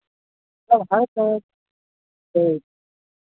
सभ हइ सभ ठीक